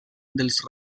dels